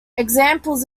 examples